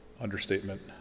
Understatement